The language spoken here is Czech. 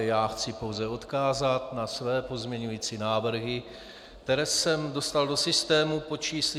Já chci pouze odkázat na své pozměňující návrhy, které jsem dostal do systému pod čísly 497, 498 a 502.